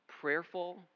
prayerful